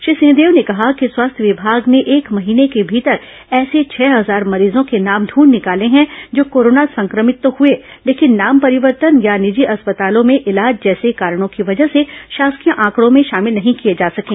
श्री सिंहदेव ने कहा कि स्वास्थ्य विमाग ने एक महीने के भीतर ऐसे छह हजार मरीजों के नाम ढंढ निकाले हैं जो कोरोना संक्रमित तो हुए लेकिन नाम परिवर्तन या निजी अस्पतालों में इलाज जैसे कारणों की वजह से शासकीय आंकड़ों में शामिल नहीं किए जा सकें